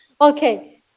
Okay